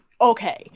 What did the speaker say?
Okay